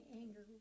anger